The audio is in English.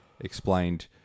explained